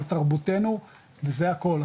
על תרבותנו וזה הכול.